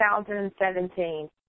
2017